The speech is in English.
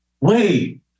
wait